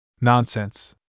Nonsense